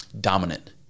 dominant